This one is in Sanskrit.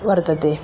वर्तते